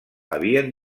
havien